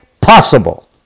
possible